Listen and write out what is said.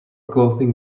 clothing